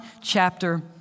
chapter